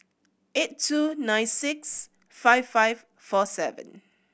eight two nine six five five four seven